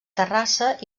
terrassa